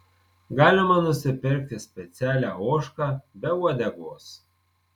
galima nusipirkti specialią ožką be uodegos